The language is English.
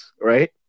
right